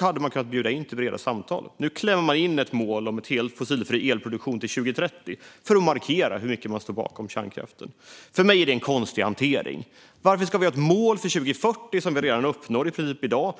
hade man kunnat bjuda in till breda samtal. Nu klämmer man in ett mål om en helt fossilfri elproduktion till 2040 för att markera hur mycket man står bakom kärnkraften. För mig är det en konstig hantering. Varför ska vi ha ett mål för 2040 som vi i princip redan uppnår i dag?